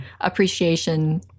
appreciation